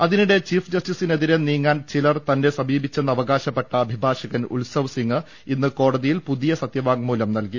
അതിനിടെ ചീഫ് ജസ്റ്റിസിനെതിരെ നീങ്ങാൻ ചിലർ തന്നെ സമീപിച്ചെന്ന് അവകാശപ്പെട്ട അഭിഭാഷകൻ ്ഉത്സവ്സിംഗ് ഇന്ന് കോടതിയിൽ പുതിയ സത്യവാങ്മൂലൂം നൽകി